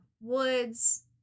Woods